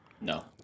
No